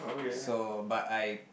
so but I